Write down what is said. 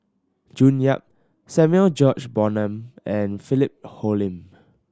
June Yap Samuel George Bonham and Philip Hoalim